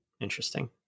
Interesting